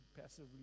passively